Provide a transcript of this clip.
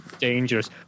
dangerous